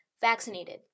vaccinated